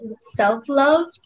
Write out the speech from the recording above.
self-love